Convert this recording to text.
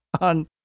on